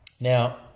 Now